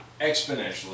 exponentially